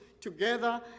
together